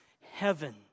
heaven